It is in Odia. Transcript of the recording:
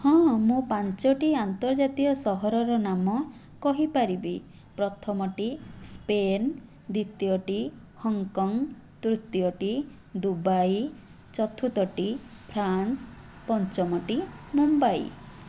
ହଁ ମୁଁ ପାଞ୍ଚଟି ଅନ୍ତର୍ଜାତୀୟ ସହରର ନାମ କହିପାରିବି ପ୍ରଥମଟି ସ୍ପେନ୍ ଦ୍ୱିତୀୟଟି ହଂକକଙ୍ଗ ତୃତୀୟଟି ଦୁବାଇ ଚତୁର୍ଥଟି ଫ୍ରାନ୍ସ ପଞ୍ଚମଟି ମୁମ୍ବାଇ